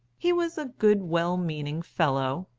he was a good well-meaning fellow,